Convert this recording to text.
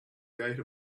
gate